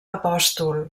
apòstol